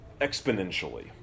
exponentially